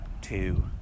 two